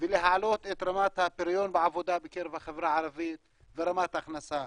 ולהעלות את רמת הפריון בעבודה בקרב החברה הערבית ורמת ההכנסה.